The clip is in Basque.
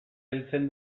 heltzen